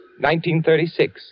1936